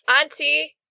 Auntie